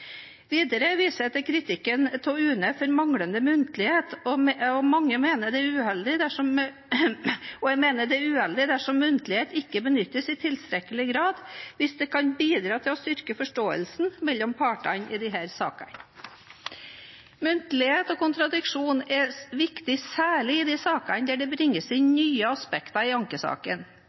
Videre viser jeg til kritikken av UNE for manglende muntlighet. Jeg mener det er uheldig dersom muntlighet ikke benyttes i tilstrekkelig grad hvis det kan bidra til å styrke forståelsen mellom partene i disse sakene. Muntlighet og kontradiksjon er viktig særlig i de sakene der det bringes inn nye aspekter i ankesaken.